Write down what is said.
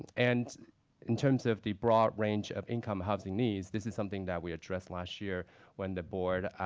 and in terms of the broad range of income housing needs, this is something that we addressed last year when the board